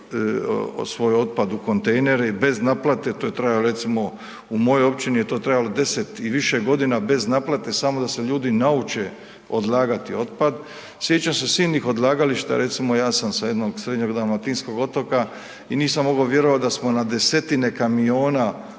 svoj otpad u kontejnere, bez naplate, to je trajalo, recimo, u mojoj općini je to trajalo 10 i više godina bez naplate, samo da se ljudi nauče odlagati otpad. Sjećam se silnih odlagališta, recimo, ja sam sa jednog srednje dalmatinskog otoka i nisam mogao vjerovati da smo na desetine kamiona